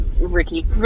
Ricky